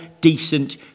decent